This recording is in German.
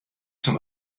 zum